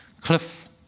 Cliff